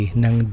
ng